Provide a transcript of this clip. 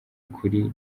kuri